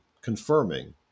confirming